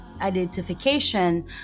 identification